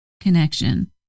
connection